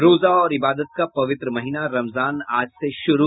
रोजा और इबादत का पवित्र महीना रमजान आज से शुरू